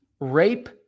rape